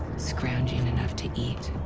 scrounging enough to eat.